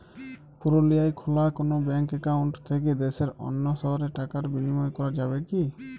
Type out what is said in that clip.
পুরুলিয়ায় খোলা কোনো ব্যাঙ্ক অ্যাকাউন্ট থেকে দেশের অন্য শহরে টাকার বিনিময় করা যাবে কি?